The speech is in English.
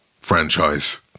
franchise